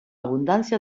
abundancia